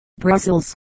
Brussels